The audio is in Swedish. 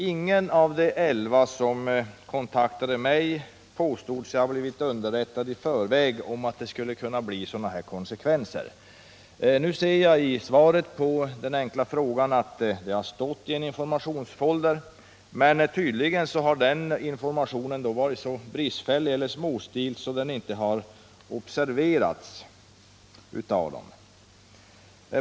Ingen av de 11 ungdomar som kontaktade mig sade att de hade blivit underrättade i förväg omaatt det skulle bli sådana här konsekvenser. Nu ser jag av frågesvaret att det har meddelats i en informationsfolder. Men tydligen har den informationen varit så bristfällig och så finstilt att den inte har observerats av ungdomarna.